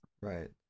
Right